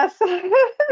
Yes